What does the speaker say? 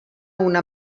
una